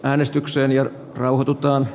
äänestykseen ja rauhoitutaan